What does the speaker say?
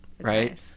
right